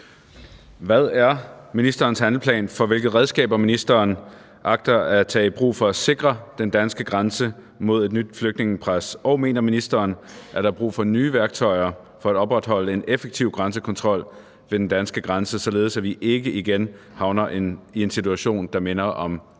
Hvad er ministerens handleplan for, hvilke redskaber ministeren vil tage i brug for at sikre den danske grænse mod et nyt flygtningepres, og mener ministeren, at der er brug for nye værktøjer for at opretholde en effektiv grænsekontrol ved den danske grænse, så vi ikke ender i en situation, som minder om 2015, igen?